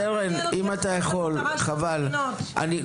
יש שתי אפשרויות להעמיד את הקו החותך הזה ואני אומר